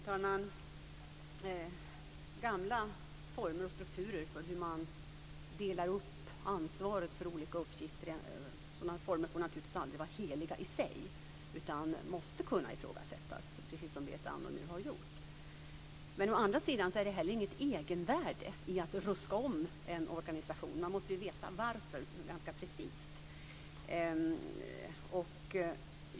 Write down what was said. Fru talman! På den här punkten kan man naturligtvis inte annat än instämma med Berit Andnor. Det behöver uträttas väldigt mycket arbete för att komma till skott med det som vi kallar för lite mer civil krishantering och andra insatser. Det måste understrykas.